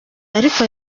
ariko